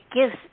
gives